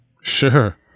Sure